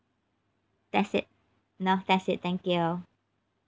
that's it no that's it thank you